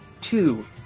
Two